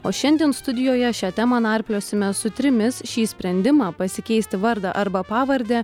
o šiandien studijoje šią temą narpliosime su trimis šį sprendimą pasikeisti vardą arba pavardę